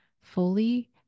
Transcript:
fully